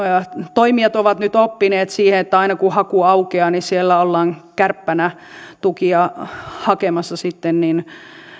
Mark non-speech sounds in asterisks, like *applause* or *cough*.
toimijat ovat nyt oppineet siihen että aina kun haku aukeaa siellä ollaan kärppänä tukia hakemassa sitten niin *unintelligible* *unintelligible* *unintelligible*